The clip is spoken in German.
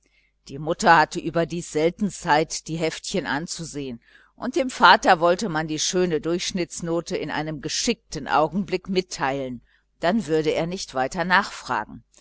die mutter hatte überdies selten zeit die heftchen anzusehen und dem vater wollte man die schöne durchschnittsnote in einem geschickten augenblick mitteilen dann würde er nicht weiter nachfragen